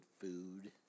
food